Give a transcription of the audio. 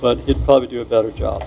but it probably do a better job